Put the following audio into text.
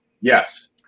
yes